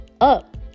up